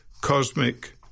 cosmic